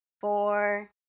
four